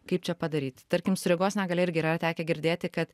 kaip čia padaryt tarkim su regos negalia irgi yra tekę girdėti kad